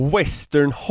Western